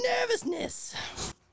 nervousness